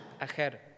ahead